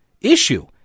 issue